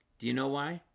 do you know why?